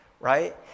right